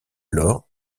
alors